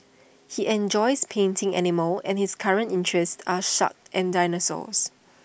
he enjoys painting animals and his current interests are sharks and dinosaurs